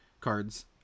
cards